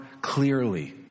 clearly